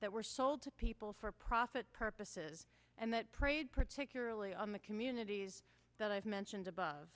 that were sold to people for profit purposes and that preyed particularly on the communities that i've mentioned above